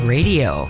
Radio